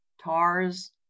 tars